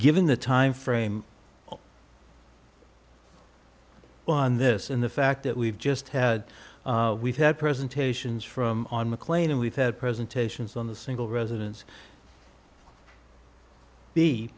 given the timeframe on this and the fact that we've just had we've had presentations from on mclean and we've had presentations on the single residen